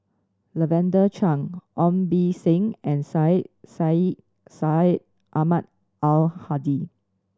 Lavender Chang Ong Beng Seng and Syed Sheikh Syed Ahmad Al Hadi